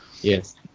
Yes